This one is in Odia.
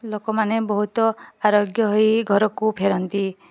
ଲୋକମାନେ ବହୁତ ଆରୋଗ୍ୟ ହୋଇ ଘରକୁ ଫେରନ୍ତି